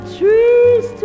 trees